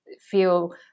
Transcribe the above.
feel